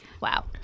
wow